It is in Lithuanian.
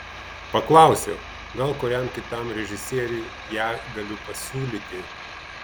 paklausiau gal kuriam kitam režisieriui ją galiu pasiūlyti